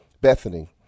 Bethany